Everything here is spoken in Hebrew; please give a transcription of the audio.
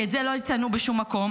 כי את זה לא הצגנו בשום מקום,